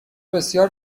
بسیار